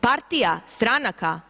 Partija, stranaka.